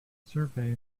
survey